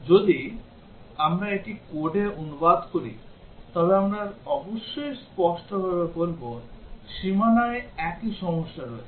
যদি আমরা এটি কোডে অনুবাদ করি তবে আমরা অবশ্যই স্পষ্টভাবে বলব সীমানায় একই সমস্যা রয়েছে